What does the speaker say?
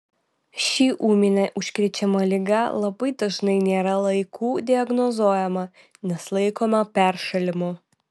ši ūminė užkrečiama liga labai dažnai nėra laiku diagnozuojama nes laikoma peršalimu